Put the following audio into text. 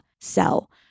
sell